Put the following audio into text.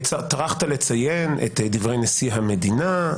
טרחת לציין את דברי נשיא המדינה,